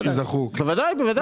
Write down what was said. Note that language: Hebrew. בוודאי.